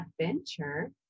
adventure